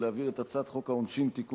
להעביר את הצעת חוק העונשין (תיקון,